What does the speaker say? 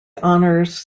honours